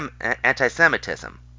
anti-Semitism